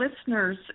listeners